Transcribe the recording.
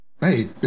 hey